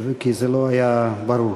כי זה לא היה ברור.